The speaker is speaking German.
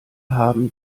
haben